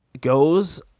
goes